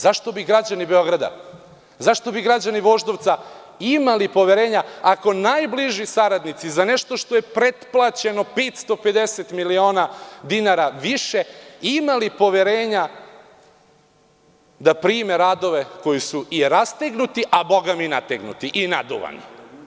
Zašto bi građani Beograda, zašto bi građani Voždovca imali poverenja, ako najbliži saradnici, za nešto što je pretplaćeno 550 miliona dinara više, imali poverenja da prime radove koji su rastegnuti, a boga mi i nategnuti i naduvani?